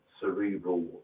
cerebral